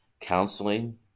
counseling